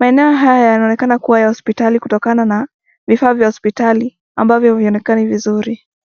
Maeneo haya yanaonekana kuwa ya hospitali kutokana na vifaa vya hospitali ambavyo havionekani vizuri.